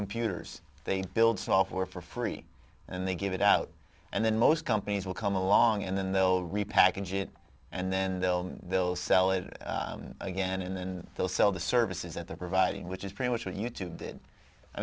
computers they build software for free and they give it out and then most companies will come along and then they'll repackage it and then they'll they'll sell it again and then they'll sell the services that they're providing which is pretty much what you